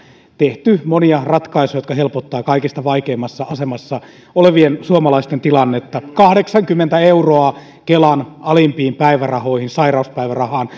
tehty monia ratkaisuja jotka helpottavat kaikista vaikeimmassa asemassa olevien suomalaisten tilannetta kahdeksankymmentä euroa kelan alimpiin päivärahoihin sairauspäivärahaan